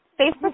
Facebook